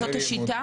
זו השיטה?